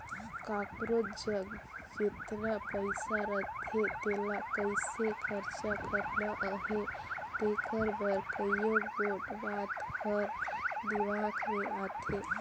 काकरोच जग जेतना पइसा रहथे तेला कइसे खरचा करना अहे तेकर बर कइयो गोट बात हर दिमाक में आथे